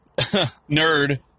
nerd